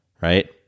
right